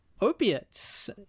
Opiates